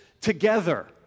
together